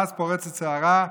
ואז פורצת סערה,